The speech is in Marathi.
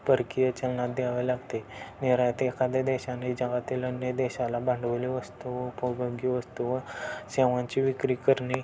परकीय चलनात द्यावे लागते निर्यात ते एखाद्या देशाने जगातील अन्य देशाला भांडवली वस्तू व उपभोग्य वस्तू व सेवांची विक्री करणे